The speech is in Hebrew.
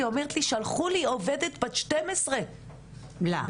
עובדת ואומרת לי "..שלחו לי עובדת בת 12..". מה?